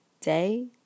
day